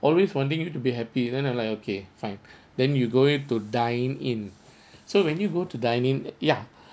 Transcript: always wanting you to be happy then I'm like okay fine then you go it to dine in so when you go to dine in ya